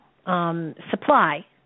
supply